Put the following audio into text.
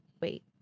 wait